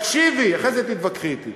תקשיבי, אחרי זה תתווכחי אתי.